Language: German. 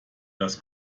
das